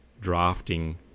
drafting